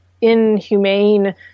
inhumane